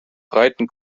breiten